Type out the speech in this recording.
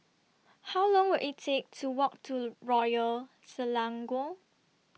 How Long Will IT Take to Walk to Royal Selangor